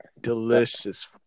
delicious